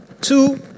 Two